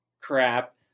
Crap